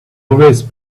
always